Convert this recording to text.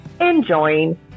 enjoying